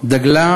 חרתו